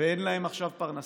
ואין להם עכשיו פרנסה.